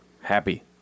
Happy